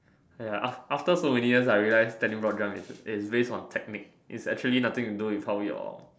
!aiya! after so many years I realize standing broad jump is is based on technique is actually nothing to do with how your